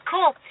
Cool